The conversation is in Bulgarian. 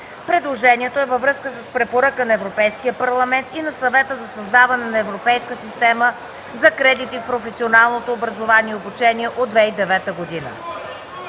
Предложението е във връзка с препоръка на Европейския парламент и на Съвета за създаване на Европейска система за кредити в професионалното образование и обучение от 2009 г.